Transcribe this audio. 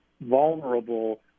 vulnerable